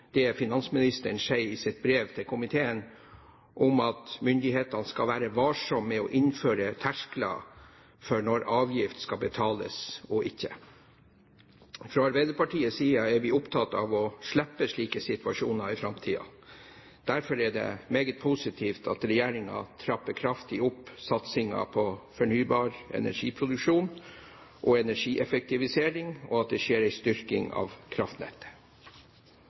det finansministeren sier i sitt brev til komiteen om at han mener «myndighetene skal være varsomme med å innføre terskler for når avgift skal betales og ikke». Fra Arbeiderpartiets side er vi opptatt av å slippe slike situasjoner i framtiden. Derfor er det meget positivt at regjeringen trapper kraftig opp satsingen på fornybar energi og energieffektivisering, og at det skjer en styrking av kraftnettet.